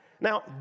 Now